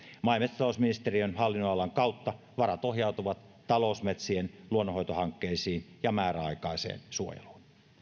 maa ja metsätalousministeriön hallinnonalan kautta varat ohjautuvat talousmetsien luonnonhoitohankkeisiin ja määräaikaiseen suojeluun